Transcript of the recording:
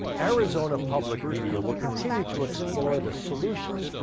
arizona public media will continue to explore the solutions,